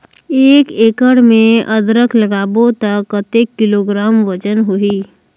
एक एकड़ मे अदरक लगाबो त कतेक किलोग्राम वजन होही?